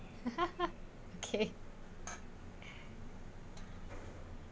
okay